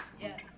yes